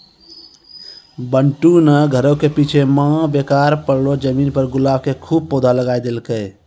बंटू नॅ घरो के पीछूं मॅ बेकार पड़लो जमीन पर गुलाब के खूब पौधा लगाय देलकै